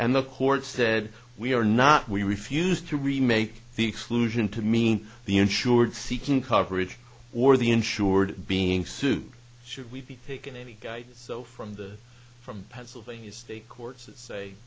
and the court said we are not we refused to remake the exclusion to mean the insured seeking coverage or the insured being sued should we be taken any guy so from the from pennsylvania state courts that say